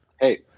Hey